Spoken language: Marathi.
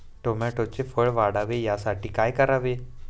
टोमॅटोचे फळ वाढावे यासाठी काय करावे?